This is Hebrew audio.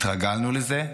התרגלנו לזה.